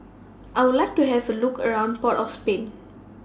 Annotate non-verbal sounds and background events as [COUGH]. I Would like to has A Look around [NOISE] Port of Spain